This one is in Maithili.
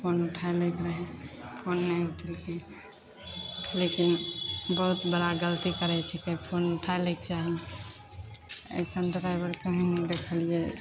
फोन उठा लैके रहै फोन नहि उठबै छै लेकिन बहुत बड़ा गलती करै छिकै फोन उठै लैके चाही अइसन ड्राइवर कहीँ नहि देखलिए